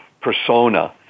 persona